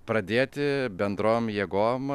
pradėti bendrom jėgom